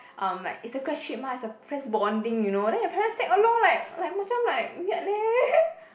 um like it's a grad trip mah it's a friends bonding you know then your parents tag along like like macam like weird leh